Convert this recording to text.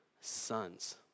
sons